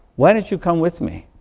why don't you come with me?